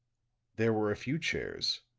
there were a few chairs,